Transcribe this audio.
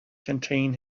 contain